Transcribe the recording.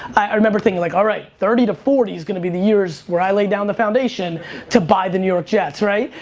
i remember thinking like all right thirty to forty is going to be the years where i lay down the foundation to buy the new york jets. all right,